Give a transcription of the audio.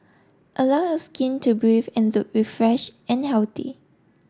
allow your skin to breathe and look refresh and healthy